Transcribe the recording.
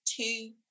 two